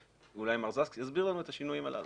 ואולי מר זקס יסביר לנו את השינויים הללו.